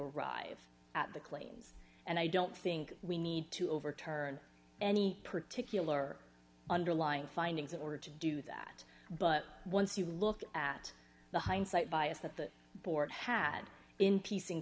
arrive at the claims and i don't think we need to overturn any particular underlying findings in order to do that but once you look at the hindsight bias that the board had in piecing